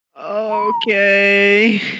Okay